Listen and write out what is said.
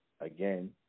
again